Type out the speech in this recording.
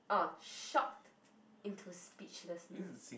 oh shocked into speechlessness